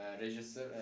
register